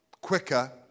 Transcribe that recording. quicker